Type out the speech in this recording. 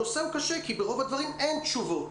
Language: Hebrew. הנושא הוא קשה כי ברוב הדברים אין תשובות.